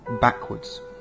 backwards